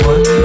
One